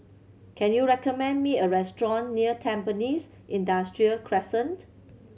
can you recommend me a restaurant near Tampines Industrial Crescent